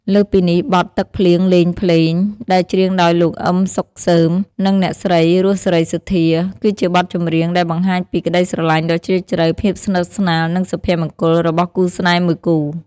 លើសពីនេះ បទ "ទឹកភ្លៀងលេងភ្លេង" ដែលច្រៀងដោយលោក អ៊ឹម សុងសឺម និងអ្នកស្រី រស់ សេរីសុទ្ធា គឺជាបទចម្រៀងដែលបង្ហាញពី ក្តីស្រឡាញ់ដ៏ជ្រាលជ្រៅ ភាពស្និទ្ធស្នាល និងសុភមង្គល របស់គូស្នេហ៍មួយគូ។